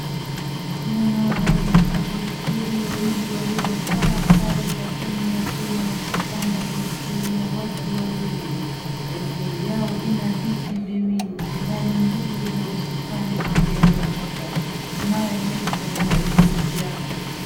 Kuna waendesha baiskeli wawili waliyovaa sare za timu ya Kenya yenye wakipanda baiskeli ya watu wawili ili baiskeli yao ina viti viwili pendali mbili na usukani wa mbele moja inayoendeshwa kwa ushirikiano.